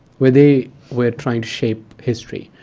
where they were trying to shape history,